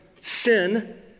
sin